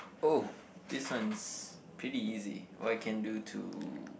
oh this one is pretty easy what can you do to